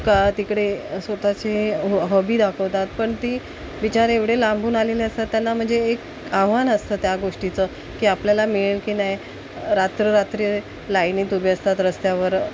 का तिकडे स्वतःचे हॉबी दाखवतात पण ती विचार एवढे लांबून आलेले असतात त्यांना म्हणजे एक आव्हान असतं त्या गोष्टीचं की आपल्याला मिळेल की नाही रात्रोरात्री लायनीत उभे असतात रस्त्यावर